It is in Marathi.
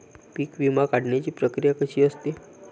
पीक विमा काढण्याची प्रक्रिया कशी असते?